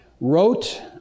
wrote